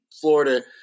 Florida